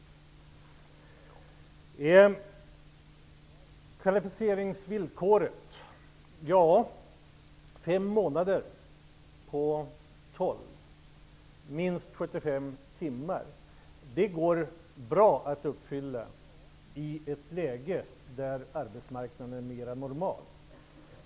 Så till kvalificeringsvillkoret. Fem månader av tolv och minst 75 timmar går det bra att uppfylla i ett läge där arbetsmarknaden är mera normal.